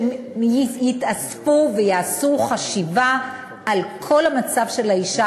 שיתאספו ויעשו חשיבה על כל המצב של האישה,